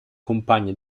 compagna